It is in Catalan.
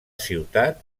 ciutat